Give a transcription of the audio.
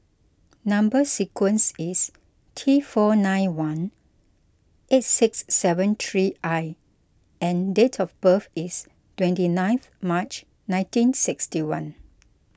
Number Sequence is T four nine one eight six seven three I and date of birth is twenty ninth March nineteen sixty one